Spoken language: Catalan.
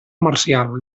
marcial